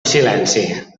silenci